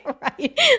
right